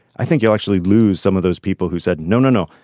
i think you'll actually lose some of those people who said no no no.